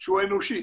שהוא אנושי.